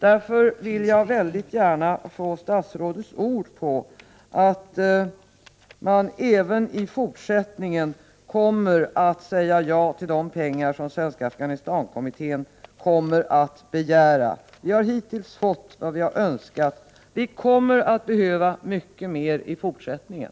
Jag vill därför mycket gärna ha statsrådets ord på att man även i fortsättningen kommer att säga ja till de pengar som Svenska Afghanistankommittén kommer att begära. Vi har hittills fått vad vi har önskat. Vi kommer dock att behöva mycket mer i fortsättningen.